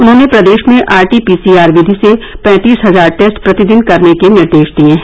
उन्होंने प्रदेश में आरटीपीसीआर विघि से पैंतीस हजार टेस्ट प्रतिदिन करने के निर्देश दिए हैं